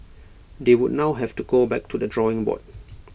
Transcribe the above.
they would now have to go back to the drawing board